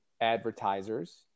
advertisers